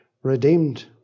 redeemed